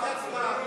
בחומץ או במלח?